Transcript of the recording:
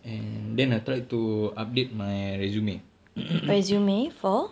and then I tried to update my resume